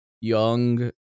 young